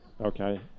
okay